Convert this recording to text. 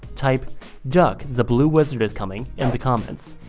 type duck! the blue wizard is coming! in the comments.